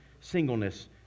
singleness